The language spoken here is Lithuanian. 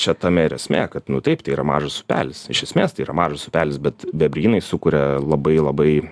čia tame ir esmė kad nu taip tai yra mažas upelis iš esmės tai yra mažas upelis bet bebrynai sukuria labai labai